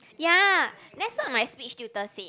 ya what's not my speech tutor said